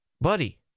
buddy